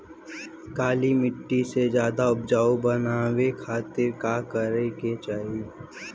काली माटी के ज्यादा उपजाऊ बनावे खातिर का करे के चाही?